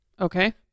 Okay